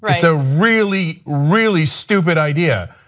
but so really really stupid idea.